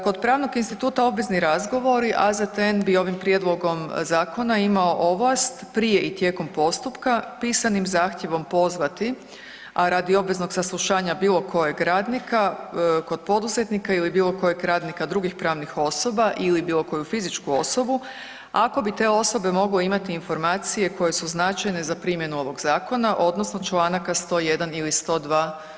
Kod pravnog instituta obvezni razgovori AZTN bi ovim prijedlogom zakona imao ovlast prije i tijekom postupka pisanim zahtjevom pozvati, a radi obveznog saslušanja bilo kojeg radnika kod poduzetnika ili bilo kojeg radnika drugih pravnih osoba ili bilo koju fizičku osobu ako bi te osobe mogle imati informacije koje su značajne za primjenu ovog zakona odnosno Članaka 101. ili 102.